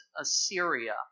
Assyria